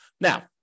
Now